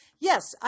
Yes